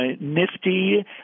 nifty